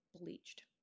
bleached